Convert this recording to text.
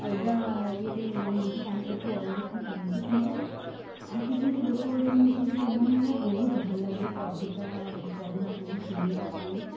ଅଲଗା ଇଏରେ ନିଅନ୍ତି ସାହିତ୍ୟକୁ ଅଣଦେଖା କରନ୍ତି କିନ୍ତୁ ଆଉ କିଛି କିଛି ଲୋକ ଅଛନ୍ତି ଯେଉଁଥିରେକି ସେମାନଙ୍କୁ ବହୁତ ଭଲ ଲାଗେ କବିତା ପଢ଼ିବାପାଇଁ ଶୁଣିବାପାଇଁ